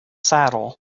saddle